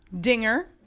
Dinger